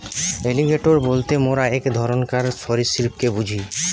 alligator বলতে মোরা এক ধরণকার সরীসৃপকে বুঝি